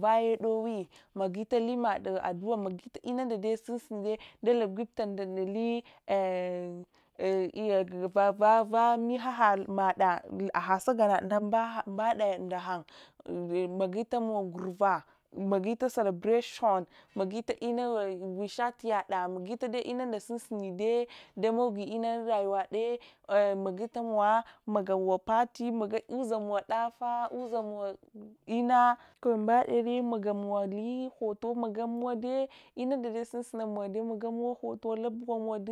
Vaye dowi magita lunmadtu addu’a magito inunda sunsune dalungibta ndatate navayanaɗa, ahad sagan guda mogurawa gurva, magita celebration magito party, uzamowa daffah mbade amumaga pohoto inunda sunsunamowa mogul pohoto hiblamun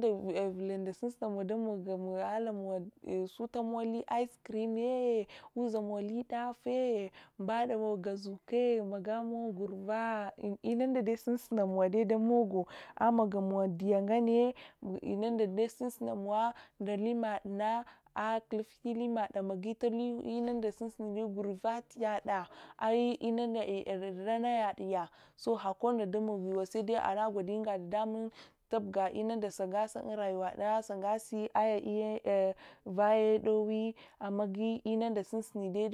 duvtenunda susayuntunice cream me, zuzamowa lith daffo mbade magamow buurva inundad sunsunayin mogo ndulamadna aguluftami lamad na magi-manuda damogtu gurvabiyaɗa, sede hakonu ɗamogiwa sede anamagi goɗiya unga ɗaɗa muntuba inunda sungasa unrayuwada sungase ivavaye ɗowi magi-inun ə sunsunaye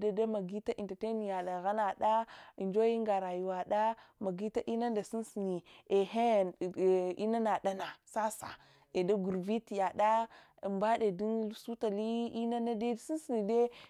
dardamagita entertaining nada, joy unga rayuwada, magwu nɗa sunsunaye inanadaya sasa nda gurviti yada mbade dunsulami inanadai.